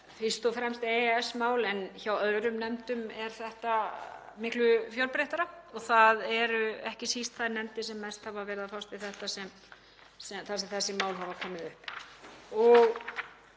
fást við EES-mál en hjá öðrum nefndum er þetta miklu fjölbreyttara. Það eru ekki síst þær nefndir sem mest hafa verið að fást við EES-mál þar sem þessi mál hafa komið upp.